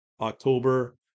october